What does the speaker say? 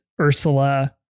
Ursula